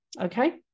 okay